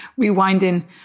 rewinding